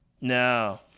No